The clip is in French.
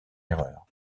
erreur